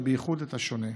ובייחוד את השונה.